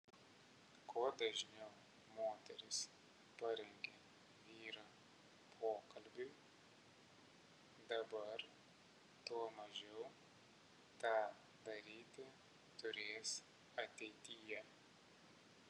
kuo dažniau moteris parengia vyrą pokalbiui dabar tuo mažiau tą daryti turės ateityje